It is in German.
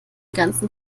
ganzen